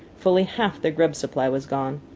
fully half their grub supply was gone.